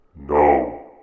No